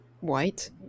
White